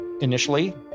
Initially